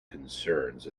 concerns